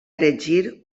erigir